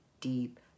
deep